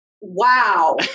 wow